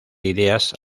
ideas